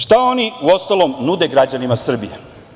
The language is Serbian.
Šta oni, uostalom, nude građanima Srbije?